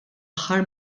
aħħar